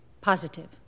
Positive